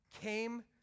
came